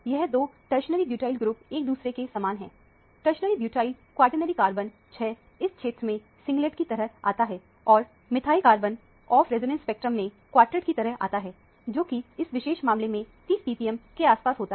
यह दो tertiary butyl group एक दूसरे के समान है टरसरी ब्यूटाइल क्वॉटरनरी कार्बन 6 इस क्षेत्र में सिंगलेट की तरह आता है और methyl carbon off resonance spectrum में क्वार्टेट की तरह आता है जो कि इस विशेष मामले में 30 ppm के आस पास होता है